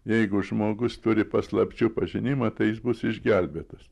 jeigu žmogus turi paslapčių pažinimą tai jis bus išgelbėtas